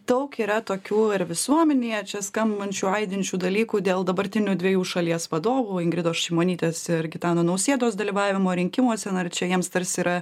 daug yra tokių ir visuomenėje čia skambančių aidinčių dalykų dėl dabartinių dviejų šalies vadovų ingridos šimonytės ir gitano nausėdos dalyvavimo rinkimuose na ir čia jiems tarsi yra